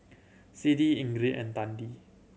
Siddie Ingrid and Tandy